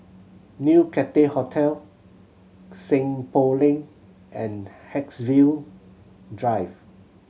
New Cathay Hotel Seng Poh Lane and Haigsville Drive